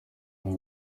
nta